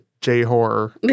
J-horror